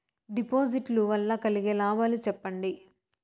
డిపాజిట్లు లు వల్ల కలిగే లాభాలు సెప్పండి?